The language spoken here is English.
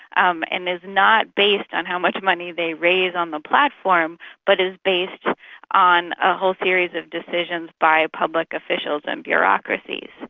um and it's not based on how much money they raise on the platform but is based on a whole series of decisions by public officials and bureaucracies.